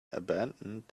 abandoned